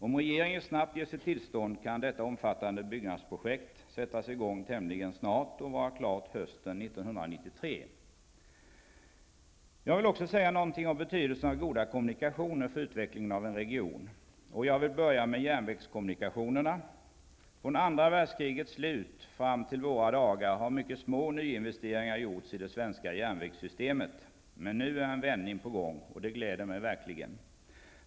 Om regeringen snabbt ger sitt tillstånd kan detta omfattande byggnadsprojekt sättas i gång tämligen snart och vara klart hösten Jag vill också säga något om betydelsen av goda kommunikationer för utvecklingen av en region. Jag vill börja med järnvägskommunikationerna. Från andra världskrigets slut fram till våra dagar har mycket små nyinvesteringar gjorts i det svenska järnvägssystemet. Men nu är en vändning på gång, och det gläder mig.